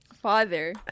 father